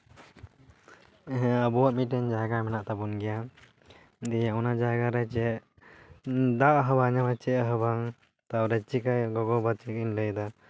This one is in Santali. ᱦᱮᱸ ᱟᱵᱚᱣᱟᱜ ᱢᱤᱫᱴᱮᱱ ᱡᱟᱭᱜᱟ ᱢᱮᱱᱟᱜ ᱛᱟᱵᱚᱱ ᱜᱮᱭᱟ ᱫᱤᱭᱮ ᱚᱱᱟ ᱡᱟᱭᱜᱟ ᱨᱮ ᱡᱚ ᱫᱟᱜ ᱦᱚᱸ ᱵᱟᱭ ᱧᱟᱢᱟ ᱪᱮᱫ ᱦᱚᱸ ᱵᱟᱝ ᱛᱟᱯᱚᱨᱮ ᱪᱮᱠᱟ ᱜᱚᱜᱚ ᱵᱟᱵᱟ ᱛᱟᱹᱠᱤᱱ ᱠᱤᱱ ᱞᱟᱹᱭᱮᱫᱟ